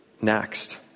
next